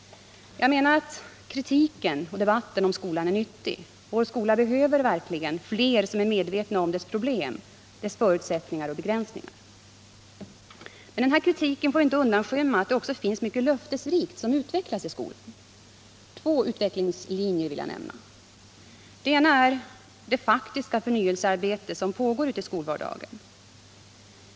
Jag menar att kritiken och debatten om skolan är nyttig. Vår skola behöver verkligen fler som är medvetna om dess problem, dess förutsättningar och begränsningar. Kritiken av skolan får dock inte undanskymma att det också finns mycket löftesrikt som utvecklas i skolan. Jag vill nämna två utvecklingslinjer. Den ena är det faktiska förnyelsearbete som pågår ute i skolvardagen.